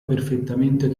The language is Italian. perfettamente